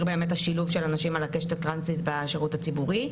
באמת את השלוב של אנשים על הקשת הטרנסית בשירות הציבורי.